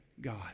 God